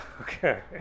okay